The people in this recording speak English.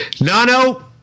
Nano